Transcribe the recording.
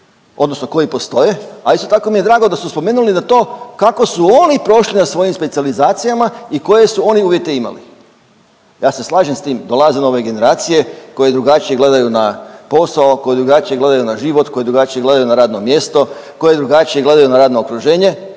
odnosno koji postoje. A isto tako mi je drago da su spomenuli da to kako su oni prošli na svojim specijalizacijama i koje su oni uvjete imali. Ja se slažem s tim dolaze nove generacije koje drugačije gledaju na posao, koje drugačije gledaju na život, koje drugačije gledaju na radno mjesto, koje drugačije gledaju na radno okruženje.